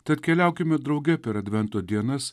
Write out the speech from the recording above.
tad keliaukime drauge per advento dienas